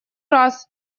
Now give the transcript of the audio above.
раз